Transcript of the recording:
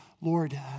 Lord